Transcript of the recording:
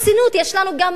יש לנו גם מקרים,